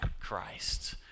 Christ